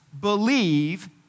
believe